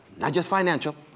not just financial,